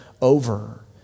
over